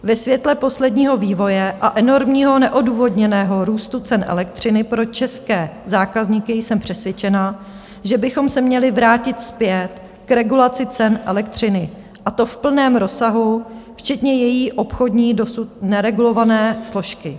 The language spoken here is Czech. Ve světle posledního vývoje a enormního neodůvodněného růstu cen elektřiny pro české zákazníky jsem přesvědčena, že bychom se měli vrátit zpět k regulaci cen elektřiny, a to v plném rozsahu, včetně její obchodní, dosud neregulované složky.